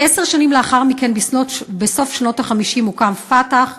כעשר שנים לאחר מכן, בסוף שנות ה-50, הוקם "פתח",